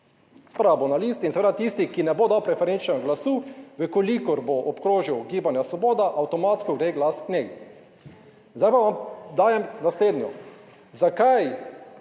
Prva bo na listi in seveda tisti, ki ne bo dal preferenčnega glasu, v kolikor bo obkrožil Gibanja Svoboda, avtomatsko gre glas k njej. Zdaj pa vam dajem naslednjo.